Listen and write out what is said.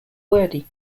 wordy